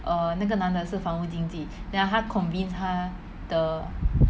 err 那个男的是房屋经纪 then 他 convinced 他的